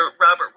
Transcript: Robert